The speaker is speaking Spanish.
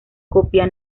copia